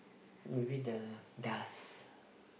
maybe the dust